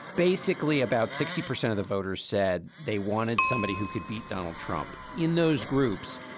basically about sixty percent of the voters said they wanted somebody who could beat donald trump in those groups.